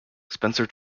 spencer